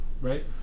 Right